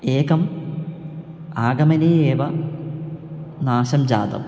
एकम् आगमने एव नाशं जातम्